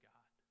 God